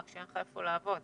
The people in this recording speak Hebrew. רק שאין לך איפה לעבוד.